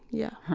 yeah